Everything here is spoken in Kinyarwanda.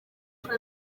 uko